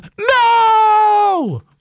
No